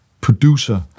producer